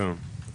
תודה.